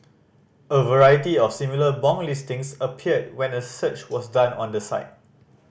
a variety of similar bong listings appeared when a search was done on the site